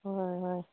ꯍꯣ ꯍꯣꯏ ꯍꯣꯏ